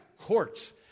courts